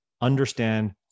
understand